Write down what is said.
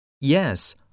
Yes